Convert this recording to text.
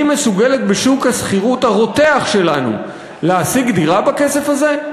היא מסוגלת בשוק השכירות הרותח שלנו להשיג דירה בכסף הזה?